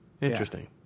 Interesting